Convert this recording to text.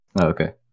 okay